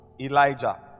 Elijah